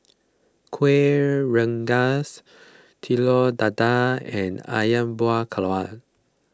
Kuih Rengas Telur Dadah and Ayam Buah Keluak